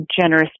generous